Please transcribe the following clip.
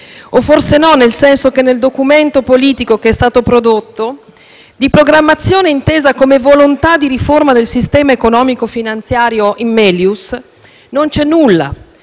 o forse no, nel senso che nel documento politico che è stato prodotto di programmazione intesa come volontà di riforma del sistema economico finanziario *in melius* non c'è nulla: